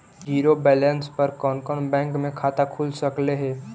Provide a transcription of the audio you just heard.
Zero balance पर कोन कोन बैंक में खाता खुल सकले हे?